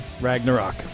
Ragnarok